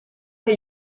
che